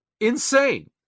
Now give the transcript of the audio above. insane